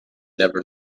never